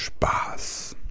Spaß